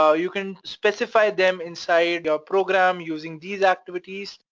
so you can specify them inside your and program using these activities,